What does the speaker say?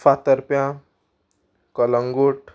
फातर्प्यां Calangute